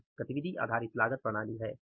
यह एबीसी है